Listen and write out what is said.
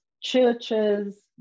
churches